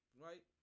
Right